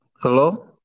Hello